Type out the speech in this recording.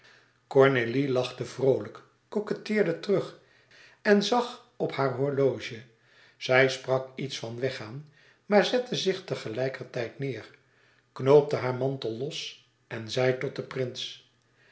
cornélie lachte vroolijk coquetteerde terug en zag op haar horloge zij sprak iets van weggaan maar zette zich tegelijkertijd neêr knoopte haar mantel los en zei tot den prins